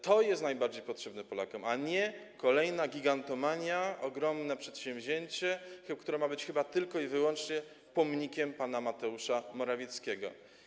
To jest najbardziej potrzebne Polakom, a nie kolejna gigantomania, ogromne przedsięwzięcie, które ma być chyba wyłącznie pomnikiem pana Mateusza Morawieckiego.